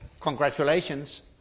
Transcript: congratulations